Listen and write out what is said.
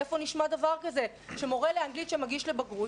איפה נשמע דבר כזה שמורה לאנגלית שמגיש לבגרות,